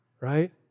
right